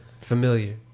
familiar